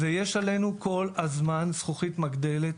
יש עלינו כל הזמן זכוכית מגדלת